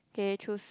okay choose